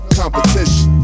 competition